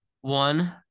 one